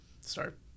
start